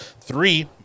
three